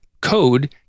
code